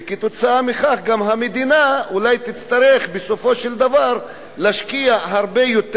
וכתוצאה מכך גם המדינה אולי תצטרך בסופו של דבר להשקיע הרבה יותר